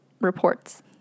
reports